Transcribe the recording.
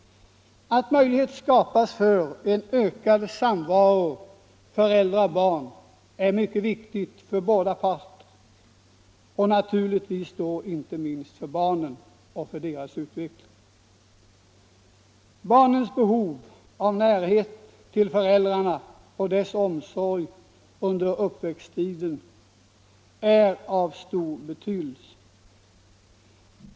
Att möjlighet skapas för en ökad samvaro föräldrar-barn är mycket viktigt för båda parter, naturligtvis inte minst för barnen och för deras utveckling. Barnens behov av föräldrarnas omsorg och närhet under uppväxttiden är av mycket stor betydelse.